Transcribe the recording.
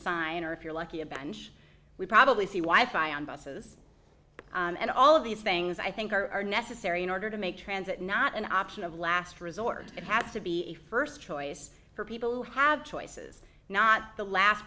sign or if you're lucky a bench we probably see why fire on buses and all of these things i think are necessary in order to make transit not an option of last resort it has to be a first choice for people who have choices not the last